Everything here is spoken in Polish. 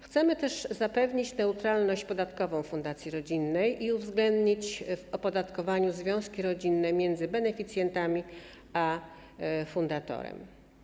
Chcemy też zapewnić neutralność podatkową fundacji rodzinnej i uwzględnić w opodatkowaniu związki rodzinne między beneficjentami a fundatorem.